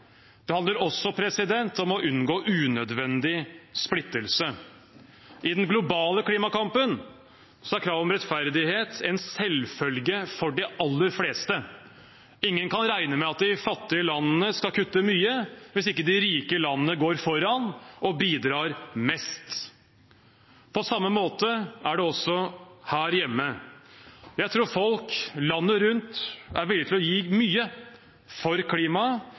Det handler også om å unngå unødvendig splittelse. I den globale klimakampen er krav om rettferdighet en selvfølge for de aller fleste. Ingen kan regne med at de fattige landene skal kutte mye hvis ikke de rike landene går foran og bidrar mest. På samme måte er det også her hjemme. Jeg tror folk landet rundt er villig til å gi mye for klimaet